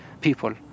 people